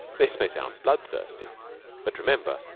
this may sound bloodthirsty but remember,